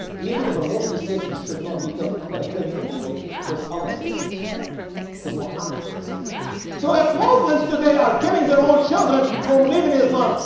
even if a moved he said you should not because i'm gonna kill you anyway because allah said so because muhammad said so so if muslims today are killing their own children from leaving islam,